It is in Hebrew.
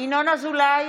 ינון אזולאי,